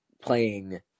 playing